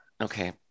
Okay